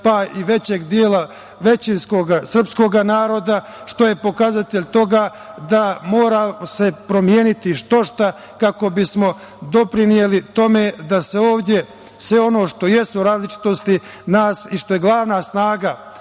pa i većeg dela većinskog srpskog naroda, što je pokazatelj toga da se mora promeniti što šta kako bismo doprineli tome da se ovde sve ono što jesu različitosti nas i što je glavna snaga